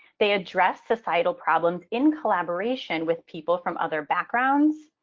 they address societal problems in collaboration with people from other backgrounds,